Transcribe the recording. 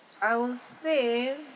I would save